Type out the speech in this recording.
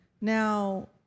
now